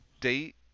date